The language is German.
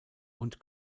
und